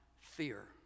fear